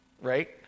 right